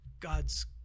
God's